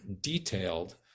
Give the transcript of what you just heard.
detailed